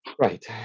Right